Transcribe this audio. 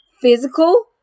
physical